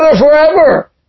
forever